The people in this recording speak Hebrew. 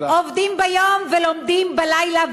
עובדים ביום ולומדים בלילה,